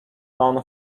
known